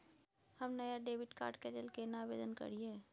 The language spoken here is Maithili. हम नया डेबिट कार्ड के लेल केना आवेदन करियै?